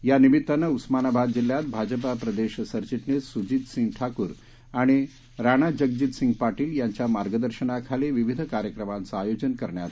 यानिमित्तानं उस्मानाबाद जिल्ह्यात भाजपा प्रदेश सरचिटणीस सुजीतसिंह ठाकूर आणि राणाजगजितसिंह पाटील यांच्या मार्गदर्शनाखाली विविध कार्यक्रमाचं आयोजन करण्यात आले आहे